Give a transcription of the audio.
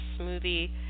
smoothie